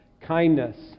Kindness